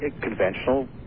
conventional